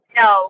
no